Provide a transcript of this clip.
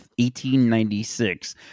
1896